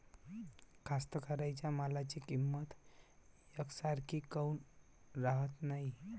कास्तकाराइच्या मालाची किंमत यकसारखी काऊन राहत नाई?